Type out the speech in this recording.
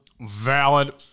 Valid